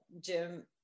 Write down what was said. Jim